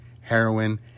heroin